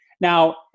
Now